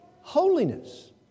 Holiness